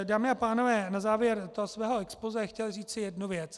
Dámy a pánové, na závěr svého expozé bych chtěl říci jednu věc.